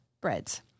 breads